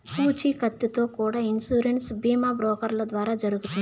పూచీకత్తుతో కూడా ఇన్సూరెన్స్ బీమా బ్రోకర్ల ద్వారా జరుగుతుంది